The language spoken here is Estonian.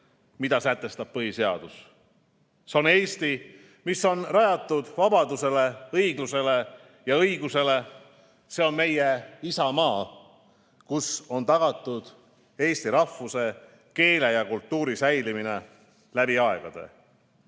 mida sätestab põhiseadus. See on Eesti, mis on rajatud vabadusele, õiglusele ja õigusele, see on meie isamaa, kus on tagatud eesti rahvuse, keele ja kultuuri säilimine läbi aegade.